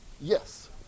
Yes